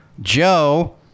Joe